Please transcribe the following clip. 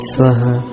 Swaha